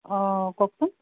অ কওকচোন